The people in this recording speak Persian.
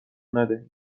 ندهیم